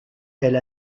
elle